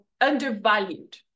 undervalued